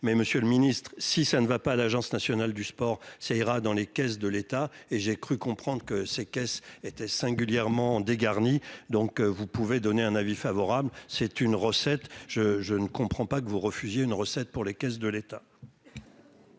mais Monsieur le Ministre, si ça ne va pas à l'Agence nationale du sport, ça ira dans les caisses de l'État et j'ai cru comprendre que ses caisses étaient singulièrement dégarni, donc vous pouvez donner un avis favorable, c'est une recette je je ne comprends pas que vous refusiez une recette pour les caisses de l'État.